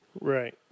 Right